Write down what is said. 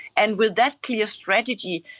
and with that clear strategy,